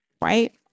Right